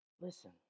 Listen